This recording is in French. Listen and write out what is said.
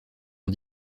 ont